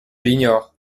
l’ignore